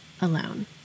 alone